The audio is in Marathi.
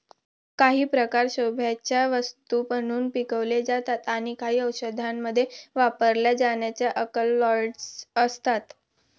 काही प्रकार शोभेच्या वस्तू म्हणून पिकवले जातात आणि काही औषधांमध्ये वापरल्या जाणाऱ्या अल्कलॉइड्स असतात